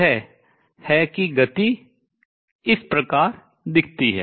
यह है कि गति इस प्रकार दिखती है